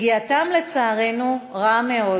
שפגיעתם לצערנו רעה מאוד,